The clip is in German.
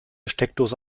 steckdose